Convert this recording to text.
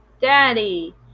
daddy